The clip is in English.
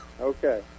Okay